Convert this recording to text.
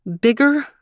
bigger